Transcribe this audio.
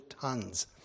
tons